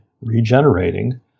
regenerating